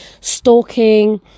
stalking